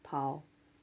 跑